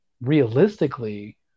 realistically